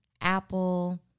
Apple